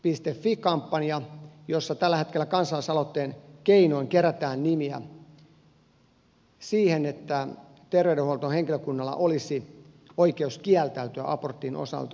fi kampanja jossa tällä hetkellä kansalaisaloitteen keinoin kerätään nimiä siihen että terveydenhuoltohenkilökunnalla olisi oikeus kiel täytyä aborttiin osallistumisesta